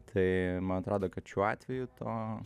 tai man atrodo kad šiuo atveju to